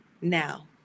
now